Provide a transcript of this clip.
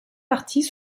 parties